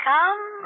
Come